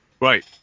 Right